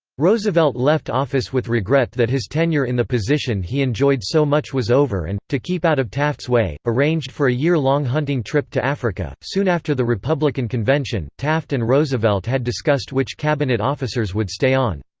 roosevelt left office with regret that his tenure in the position he enjoyed so much was over and, to keep out of taft's way, arranged for a year-long hunting trip to africa soon after the republican convention, taft and roosevelt had discussed which cabinet officers would stay on.